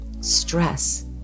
stress